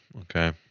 Okay